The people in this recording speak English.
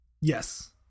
Yes